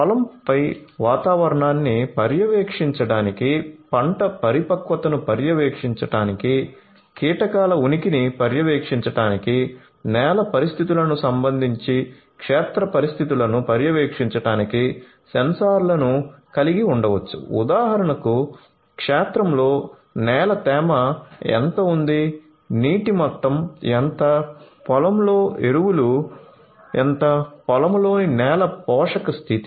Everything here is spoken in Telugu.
పొలం పై వాతావరణాన్ని పర్యవేక్షించడానికి పంట పరిపక్వతను పర్యవేక్షించడానికి కీటకాల ఉనికిని పర్యవేక్షించడానికి నేల పరిస్థితులకు సంబంధించి క్షేత్ర పరిస్థితులను పర్యవేక్షించడానికి సెన్సార్లను కలిగి ఉండవచ్చు ఉదాహరణకు క్షేత్రం లో నేల తేమ ఎంత ఉంది నీటి మట్టం ఎంత పొలం లో ఎరువులు ఎంత పొలం లోని నేల పోషక స్థితి